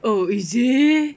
oh is it